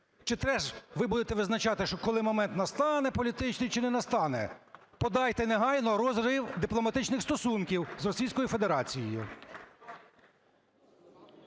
Чи теж ви будете визначати, що коли момент настане політичний чи не настане? Подайте негайно розрив дипломатичних стосунків з